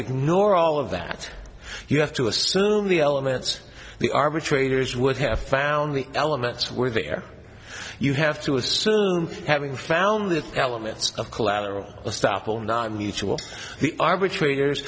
ignore all of that you have to assume the elements the arbitrators would have found the elements were there you have to assume having found the elements of collateral estoppel not mutual the arbitrators